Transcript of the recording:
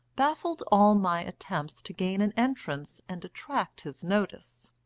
baffled all my attempts to gain an entrance and attract his notice.